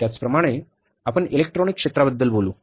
त्याचप्रमाणे उदाहरणार्थ आपण इलेक्ट्रॉनिक क्षेत्राबद्दल बोलू